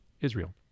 israel